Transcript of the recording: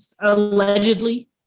allegedly